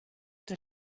der